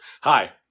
Hi